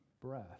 breath